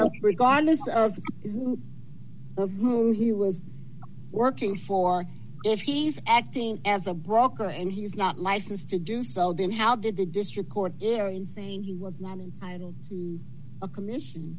it regardless of who he was working for if he's acting as a broker and he's not licensed to do so then how did the district court saying he was not an idol in a commission